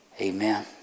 amen